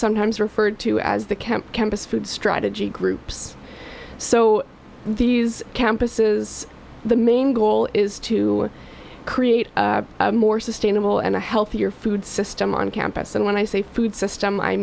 sometimes referred to as the camp campus food strategy groups so these campuses the main goal is to create more sustainable and a healthier food system on campus and when i say food system i